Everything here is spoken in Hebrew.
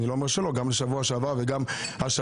אני לא אומר שלא גם בשבוע שעבר וגם השבוע,